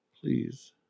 Please